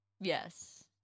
Yes